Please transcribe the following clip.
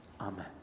Amen